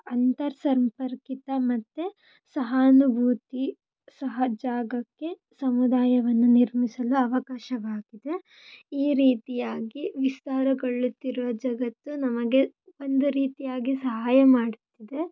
ಅಂತರ್ಸಂಪರ್ಕಿತ ಮತ್ತು ಸಹಾನುಭೂತಿ ಸಹಜಾಗಕ್ಕೆ ಸಮುದಾಯವನ್ನು ನಿರ್ಮಿಸಲು ಅವಕಾಶವಾಗಿದೆ ಈ ರೀತಿಯಾಗಿ ವಿಸ್ತಾರಗೊಳ್ಳುತ್ತಿರುವ ಜಗತ್ತು ನಮಗೆ ಒಂದು ರೀತಿಯಾಗಿ ಸಹಾಯ ಮಾಡುತ್ತಿದೆ